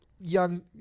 young